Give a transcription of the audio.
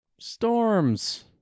storms